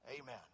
Amen